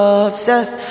obsessed